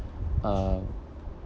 uh